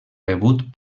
rebut